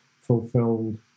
fulfilled